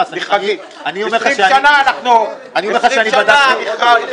20 שנה אנחנו, 20 שנה המכרז --- אני לא נכנס.